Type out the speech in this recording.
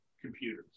computers